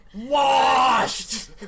Washed